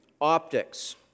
optics